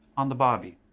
on the barbie.